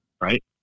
right